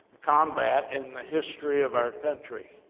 combat in the history of our country.